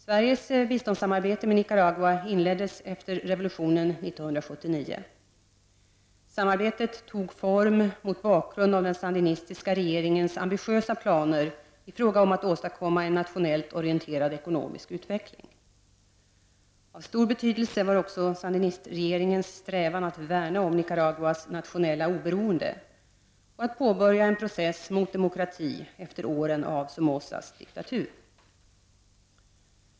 Sveriges biståndssamarbete med Nicaragua inleddes efter revolutionen år 1979. Samarbetet tog form mot bakgrund av den sandinistiska regeringens ambitiösa planer i fråga om att åstadkomma en nationellt orienterad ekono misk utveckling. Av stor betydelse var också sandinistregeringens strävan att värna om Nicaraguas nationella oberoende och att påbörja en process mot demokrati efter åren av Somozas diktatur.